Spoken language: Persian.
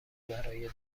برای